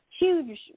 huge